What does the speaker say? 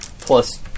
plus